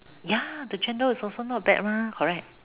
ya the chendol is also not bad mah correct